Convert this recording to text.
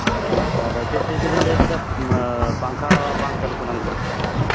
ᱛᱟᱦᱚᱞᱮ ᱪᱮᱫ ᱪᱮᱫ ᱠᱚᱵᱮᱱ ᱞᱟᱹᱭ ᱠᱮᱫᱟ ᱯᱟᱝᱠᱷᱟ ᱵᱟᱝ ᱪᱟᱹᱞᱩᱜ ᱠᱟᱱᱟ ᱢᱤᱫᱴᱟᱝ